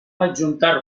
adjuntar